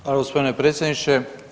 Hvala gospodine predsjedniče.